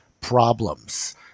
problems